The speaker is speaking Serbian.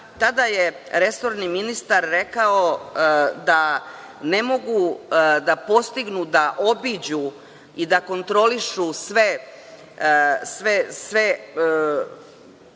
tada je resorni ministar rekao da ne mogu da postignu da obiđu i da kontrolišu sve